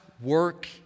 work